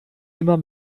immer